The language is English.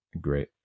great